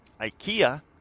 Ikea